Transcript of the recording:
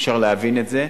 אפשר להבין את זה,